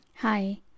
hi